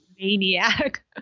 maniac